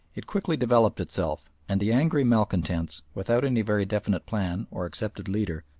it quickly developed itself, and the angry malcontents, without any very definite plan or accepted leader,